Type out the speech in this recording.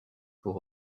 pour